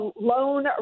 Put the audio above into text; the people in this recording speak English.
loan